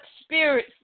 spirit